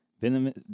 venomous